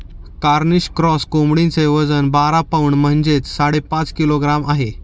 Cornish cross कोंबडीचे वजन बारा पौंड म्हणजेच साडेपाच किलोग्रॅम आहे